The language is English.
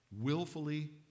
willfully